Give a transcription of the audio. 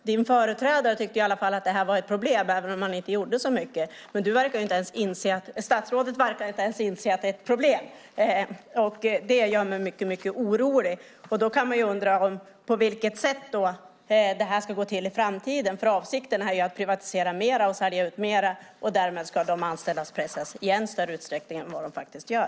Din företrädare tyckte i alla fall att det här var ett problem, även om han inte gjorde så mycket. Men statsrådet verkar inte ens inse att det är ett problem, och det gör mig mycket orolig. Man kan undra på vilket sätt det här ska gå till i framtiden, för avsikten är ju att privatisera mer och sälja ut mer. Därmed ska de anställda pressas i än större utsträckning än vad de gör i dag.